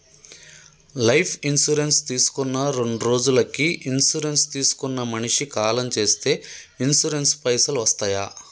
Life insurance తీసుకున్న రెండ్రోజులకి insurance తీసుకున్న మనిషి కాలం చేస్తే ఇన్సూరెన్స్ పైసల్ వస్తయా?